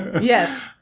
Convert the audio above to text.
yes